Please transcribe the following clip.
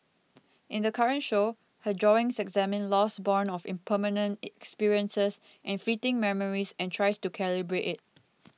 in the current show her drawings examine loss borne of impermanent experiences and fleeting memories and tries to calibrate it